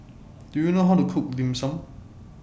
Do YOU know How to Cook Dim Sum